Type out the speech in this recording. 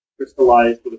crystallized